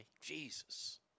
Jesus